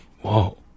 Whoa